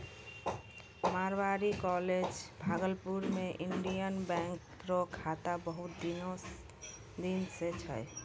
Marwari college Bhagalpur मे Indian Bank रो शाखा बहुत दिन से छै